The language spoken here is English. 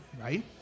right